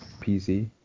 PC